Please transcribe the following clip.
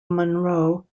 munro